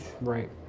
right